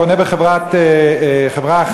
קונה בחברה אחת,